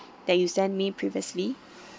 that you sent me previously